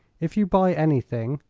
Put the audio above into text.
if you buy anything,